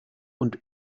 und